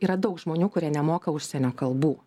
yra daug žmonių kurie nemoka užsienio kalbų